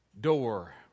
door